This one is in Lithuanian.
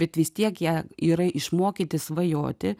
bet vis tiek jie yra išmokyti svajoti